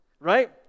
right